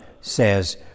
says